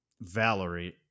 Valerie